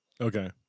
Okay